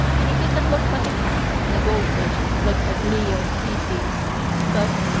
anything that looks like a cat and a goldfish looks like leo and pisces but,